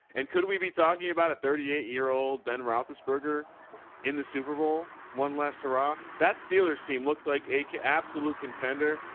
and could we be talking about a thirty eight year old ben roethlisberger in the super bowl. one last hurrah that steelers team looks like a absolute contender,